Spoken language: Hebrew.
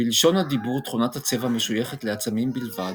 בלשון הדיבור תכונת הצבע משויכת לעצמים בלבד,